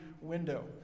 window